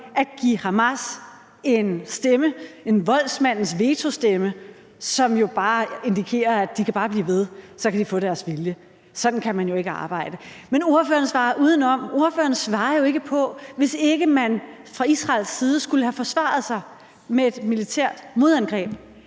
at give Hamas en stemme, en voldsmandens vetostemme, som bare indikerer, at de bare kan blive ved, så kan de få deres vilje. Sådan kan man jo ikke arbejde. Men ordføreren svarer udenom. Ordføreren svarer jo ikke på: Hvis ikke man fra Israels side skulle have forsvaret sig med et militært modangreb,